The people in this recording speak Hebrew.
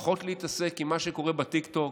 פחות להתעסק עם מה שקורה בטיקטוק,